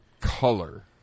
color